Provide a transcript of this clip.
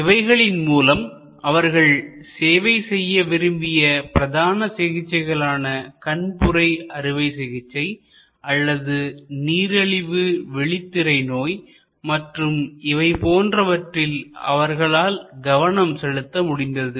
இவைகளின் மூலம் அவர்கள் சேவை செய்ய விரும்பிய பிரதான சிகிச்சைகளான கண்புரை அறுவை சிகிச்சை அல்லது நீரிழிவு விழித்திரை நோய் மற்றும் இவை போன்றவற்றில் அவர்களால் கவனம் செலுத்த முடிந்தது